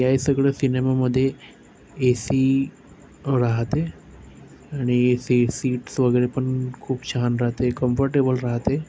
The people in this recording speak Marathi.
या सगळ्या सिनेमामध्ये ए सी राहते आणि ए सी सीट्स वगैरे पण खूप छान राहते कम्फर्टेबल राहते